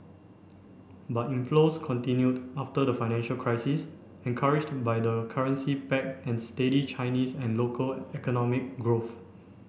but inflows continued after the financial crisis encouraged by the currency peg and steady Chinese and local economic growth